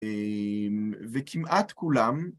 וכמעט כולם